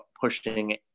pushing